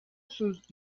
sus